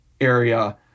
area